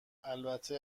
البته